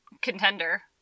contender